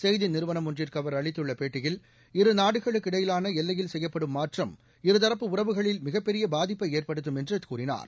செய்திநிறுவனம் ஒன்றுக்குஅவர் அளித்துள்ளபேட்டியில் இருநாடுகளுக்கு இடையிலானஎல்லையில் செய்யப்படும் மாற்றம் இருதரப்பு உறவுகளில் மிகப் பெரியபாதிப்பைஏற்படுத்தும் என்றுஅவர் கூறினார்